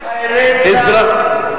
כאשר חיילי צה"ל מרגישים מאוימים,